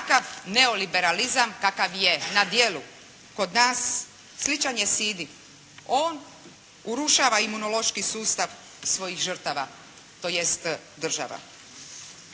Takav neoliberalizam kakav je na djelu kod nas sličan je sidi. On urušava imunološki sustav svojih žrtava, tj. država.